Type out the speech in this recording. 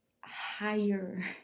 higher